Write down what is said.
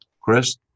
Chris